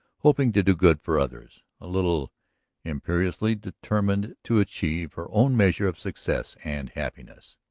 hoping to do good for others, a little imperiously determined to achieve her own measure of success and happiness.